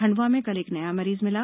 खंडवा में कल एक नया मरीज मिला